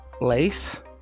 Lace